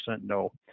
no